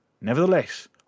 Nevertheless